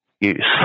use